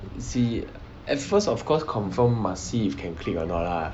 see at first of course confirm must see if can click a not lah